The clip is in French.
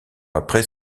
après